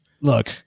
Look